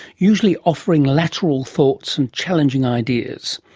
usually offering lateral thoughts and challenging ideas.